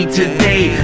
today